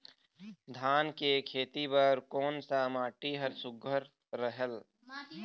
धान के खेती बर कोन सा माटी हर सुघ्घर रहेल?